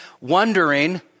Wondering